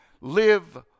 Live